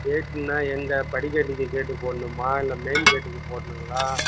கேட்டுனால் எங்கே படிக்கட்டுக்கு கேட்டு போடணுமா இல்லை மெயின் கேட்டுக்கு போடணுங்களா